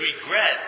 regret